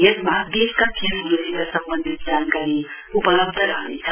यसमा देशका खेलहरुसित सम्वन्धित जानकारी उपलव्ध रहनेछ